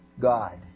God